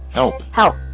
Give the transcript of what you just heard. help! help!